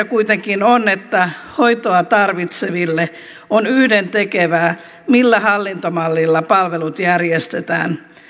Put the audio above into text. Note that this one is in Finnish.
kuitenkin on että hoitoa tarvitseville on yhdentekevää millä hallintomallilla palvelut järjestetään